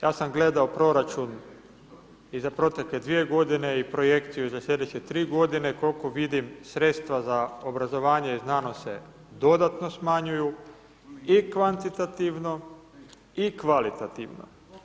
Ja sam gledao proračun i za protekle 2 g. i projekciju za slijedeće 3 g., koliko vidim sredstva za obrazovanje i znanost se dodatno smanjuju i kvantitativno i kvalitativno.